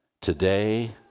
today